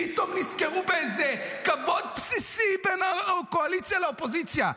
פתאום נזכרו באיזה כבוד בסיסי בין הקואליציה לאופוזיציה.